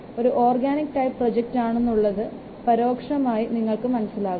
അപ്പോൾ ഒരു organic type project ആണെന്നുള്ളത് പരോക്ഷമായി നിങ്ങൾക്ക് മനസിലാക്കാം